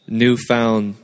newfound